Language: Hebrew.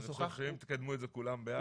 לחבר הכנסת ואני חושב שאם תקדמו את זה כולם ביחד,